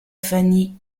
fanny